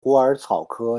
虎耳草科